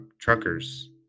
truckers